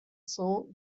cents